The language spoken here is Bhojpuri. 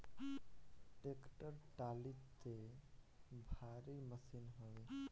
टेक्टर टाली तअ भारी मशीन हवे